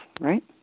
right